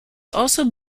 also